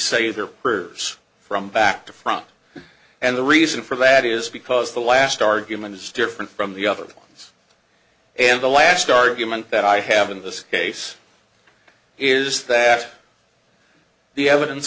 say their prayers from back to front and the reason for that is because the last argument is different from the other ones and the last argument that i have in this case is that the evidence